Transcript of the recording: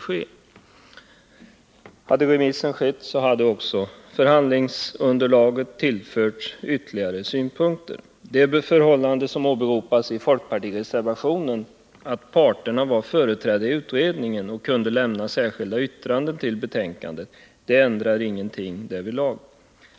Om så hade skett hade också förhandlingsunderlaget tillförts ytterligare synpunkter. Det förhållande som åberopas i folkpartireservationen, att parterna var företrädda i utredningen och kunde foga särskilda yttranden till betänkandet, ändrar ingenting härvidlag.